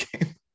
game